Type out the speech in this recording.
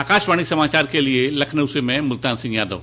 आकाशवाणी समाचार के लिए लखनऊ से में मुल्तान सिंह यादव